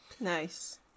Nice